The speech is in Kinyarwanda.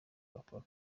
bakora